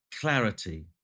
clarity